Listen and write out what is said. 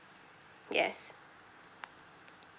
yes